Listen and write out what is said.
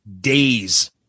days